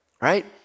right